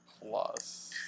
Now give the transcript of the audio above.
plus